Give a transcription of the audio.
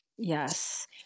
Yes